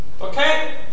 Okay